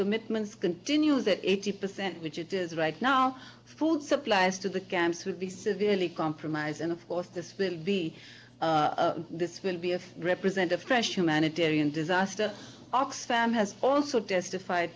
commitments continues at eighty percent which it is right now food supplies to the camps will be severely compromised and of course this will be this will be a represent a fresh humanitarian disaster oxfam has also testified